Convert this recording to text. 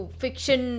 fiction